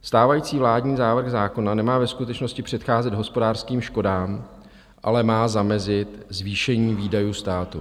Stávající vládní návrh zákona nemá ve skutečnosti předcházet hospodářským škodám, ale má zamezit zvýšení výdajů státu.